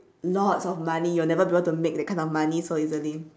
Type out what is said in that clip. lots of money you'll never be able to make that kind of money so easily